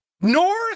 North